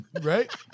Right